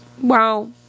Wow